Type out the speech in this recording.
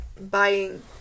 buying